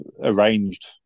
arranged